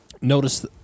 Notice